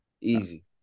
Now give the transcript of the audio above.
Easy